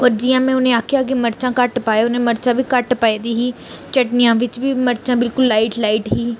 होर जियां में उ'नें गी आखेआ कि मरचां घट्ट पाएओ उ'नें मरचां बी घट्ट पाई दी ही चटनियां बिच्च बी मरचां बिलकुल लाइट लाइट ही